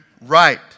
right